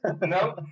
No